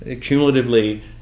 Cumulatively